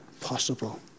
possible